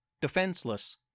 defenseless